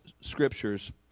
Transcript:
scriptures